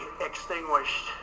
extinguished